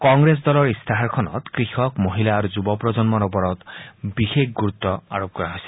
কংগ্ৰেছ দলৰ ইস্তাহাৰ খনত কৃষক মহিলা আৰু যুৱপ্ৰজন্মৰ ওপৰত বিশেষ গুৰুত্ব আৰোপ কৰা হৈছে